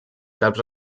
caps